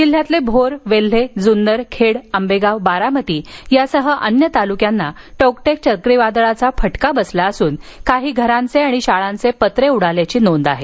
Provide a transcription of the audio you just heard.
जिल्ह्यातील भोर वेल्हे जुन्नर खेड आंबेगाव बारामती यासह अन्य तालुक्यांना टौक्टै चक्रीवादळाचा फटका बसला असून काही घरांचे आणि शाळांचे पत्रे उडाल्याची नोंद झाली आहे